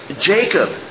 Jacob